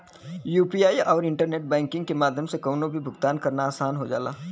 UPI आउर internet banking के माध्यम से कउनो भी भुगतान करना आसान हो जाला